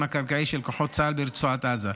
הקרקעי של כוחות צה"ל ברצועת עזה.